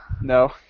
No